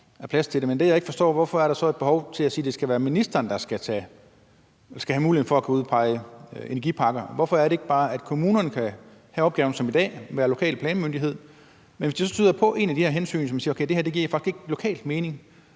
Men det, jeg ikke forstår, er, hvorfor der så er et behov for at sige, at det skal være ministeren, der skal have muligheden for at kunne udpege energiparker. Hvorfor er det ikke bare, at kommunerne kan have opgaven som i dag og være lokal planmyndighed, men hvis de så støder på et af de her hensyn, hvor man siger, at okay, det her giver først mening